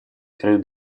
краю